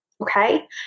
Okay